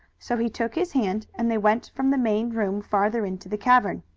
so he took his hand and they went from the main room farther into the cavern.